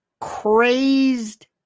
crazed